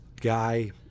guy